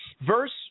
Verse